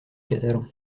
catalan